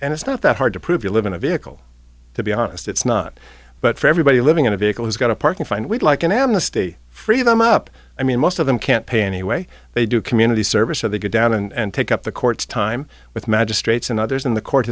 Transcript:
and it's not that hard to prove you live in a vehicle to be honest it's not but for everybody living in a vehicle who's got a parking fine we'd like an amnesty free them up i mean most of them can't pay any way they do community service or they go down and take up the court's time with magistrates and others in the court